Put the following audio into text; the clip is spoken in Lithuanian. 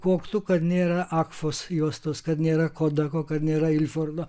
koktu kad nėra akfos juostos kad nėra kodako kad nėra ilfordo